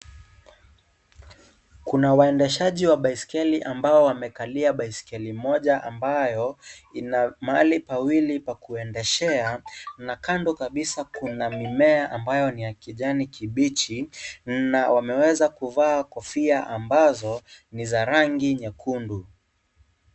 Kuna waendeshaji wa baiskeli ambao wamekalia baiskeli moja ambayo, ina mahali pawili pa kuendeshea, na kando kabisa kuna mimea ambayo ni ya kijani kibichi na wameweza kuvaa kofia ambazo ni za rangi nyekundu.